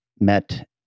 met